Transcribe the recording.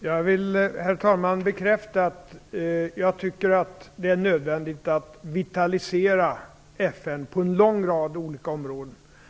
Herr talman! Jag vill bekräfta att jag tycker att det är nödvändigt att vitalisera FN på en lång rad olika områden.